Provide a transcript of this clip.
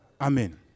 Amen